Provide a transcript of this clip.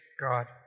God